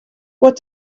what